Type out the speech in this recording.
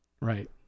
right